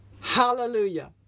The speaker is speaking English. Hallelujah